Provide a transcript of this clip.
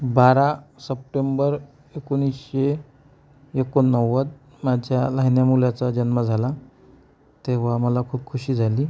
बारा सप्टेंबर एकोणीसशे एकोणनव्वद माझ्या लाहिन्या मुलाचा जन्म झाला तेव्हा मला खूप खुशी झाली